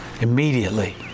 immediately